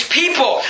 people